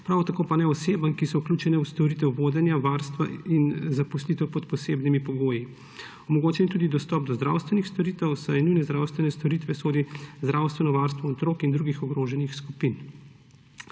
prav tako pa ne osebam, ki so vključene v storitev vodenja, varstva in zaposlitev pod posebnimi pogoji. Omogoča jim tudi dostop do zdravstvenih storitev, saj v nujne zdravstvene storitve sodi zdravstveno varstvo otrok in drugih ogroženih skupin.